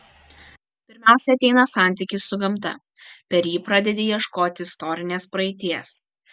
pirmiausia ateina santykis su gamta per jį pradedi ieškoti istorinės praeities